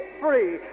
free